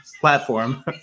platform